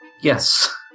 Yes